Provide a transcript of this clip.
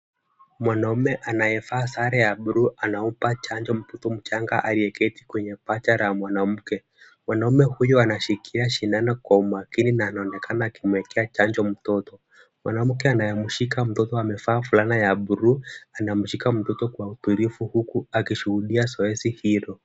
Mwanaume anayevaa sare ya bluu anampa chanjo mtoto mchanga aliyeketi kwenye paja la mwanamke. Mwanaume huyu anashikilia sindano kwa umakini na anaonekana akimwekea chanjo mtoto. Mwanamke anayemshika mtoto amevaa fulana ya bluu, anamshika mtoto kwa utulivu huku akishuhudia zoezi hilo.